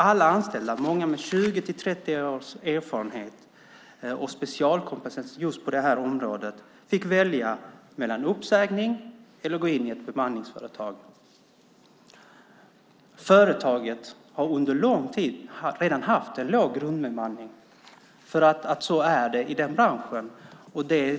Alla anställda, många med 20-30 års erfarenhet och specialkompetens på just det här området, fick välja mellan uppsägning och att gå in i ett bemanningsföretag. Företaget har redan under lång tid haft en låg grundbemanning, för så är det inom den branschen.